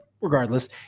regardless